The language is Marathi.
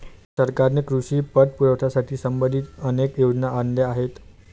सरकारने कृषी पतपुरवठ्याशी संबंधित अनेक योजना आणल्या आहेत